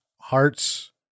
Hearts